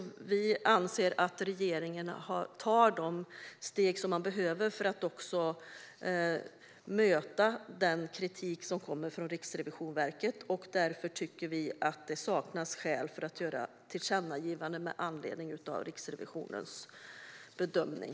Vi anser att regeringen tar de steg som behövs för att möta den kritik som kommer från Riksrevisionen. Därför tycker vi att det saknas skäl för att göra ett tillkännagivande med anledning av Riksrevisionens bedömning.